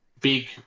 big